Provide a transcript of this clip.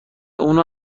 اونو